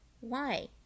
Why